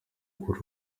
kuri